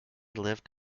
lived